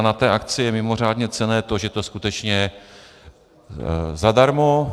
Na té akci je mimořádně cenné to, že je to skutečně zadarmo.